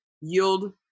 yield